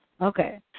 Okay